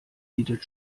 bietet